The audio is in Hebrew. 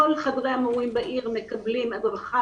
כל חדרי המורים בעיר מקבלים הדרכה